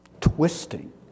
twisting